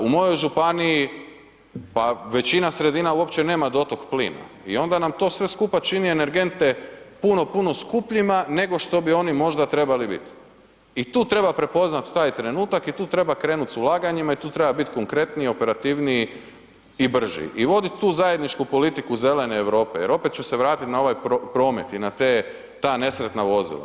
U mojoj županiji, pa većina sredina uopće nema dotok plina i onda nam to sve skupa čini energente puno, puno skupljima nego što bi oni možda trebali bit i tu treba prepoznat taj trenutak i tu treba krenut s ulaganjima i tu treba bit konkretniji, operativniji i brži i vodit tu zajedničku politiku zelene Europe jer opet ću se vratit na ovaj promet i na te, ta nesretna vozila.